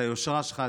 את היושרה שלך,